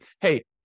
hey